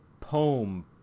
poem